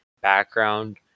background